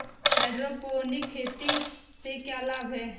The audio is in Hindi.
हाइड्रोपोनिक खेती से क्या लाभ हैं?